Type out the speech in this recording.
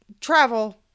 travel